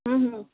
हूँ